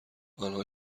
آنها